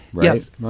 Yes